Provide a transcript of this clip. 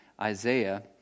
Isaiah